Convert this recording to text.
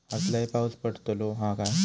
आज लय पाऊस पडतलो हा काय?